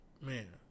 Man